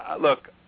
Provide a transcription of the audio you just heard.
look